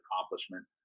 accomplishment